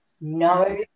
no